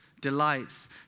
delights